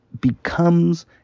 becomes